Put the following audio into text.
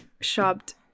shopped